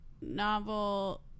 novel